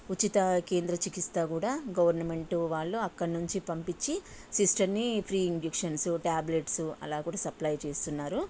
ఉచిత కేంద్ర చికిత్స కూడా గవర్నమెంటు వాళ్ళు అక్కడి నుంచి పంపించి సిస్టర్ని ఫ్రీ ఇంజక్షన్స్ ట్యాబ్లెట్స్ అలా కూడా సప్లై చేస్తున్నారు